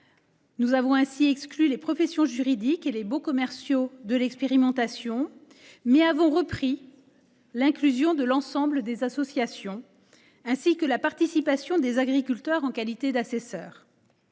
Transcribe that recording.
nous avons ainsi exclu les professions juridiques et les baux commerciaux de l’expérimentation, tout en reprenant l’inclusion de l’ensemble des associations, ainsi que la participation des agriculteurs en qualité d’assesseurs.